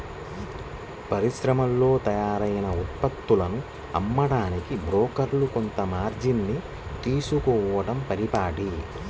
పరిశ్రమల్లో తయారైన ఉత్పత్తులను అమ్మడానికి బ్రోకర్లు కొంత మార్జిన్ ని తీసుకోడం పరిపాటి